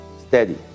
steady